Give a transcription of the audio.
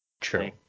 True